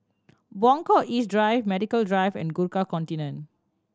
Buangkok East Drive Medical Drive and Gurkha Contingent